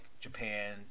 Japan